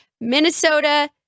minnesota